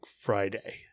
Friday